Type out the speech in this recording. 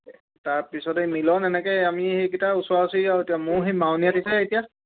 তাৰপিছতে এই মিলন এনেকে আমি সেইকিটা ওচৰা ওচৰি আৰু এতিয়া মোৰ সেই মাউনীআটিঁতে দিছে এতিয়া